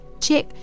Check